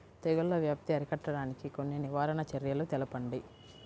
తెగుళ్ల వ్యాప్తి అరికట్టడానికి కొన్ని నివారణ చర్యలు తెలుపండి?